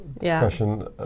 discussion